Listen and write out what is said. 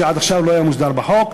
שעד עכשיו לא היה מוסדר בחוק.